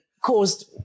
caused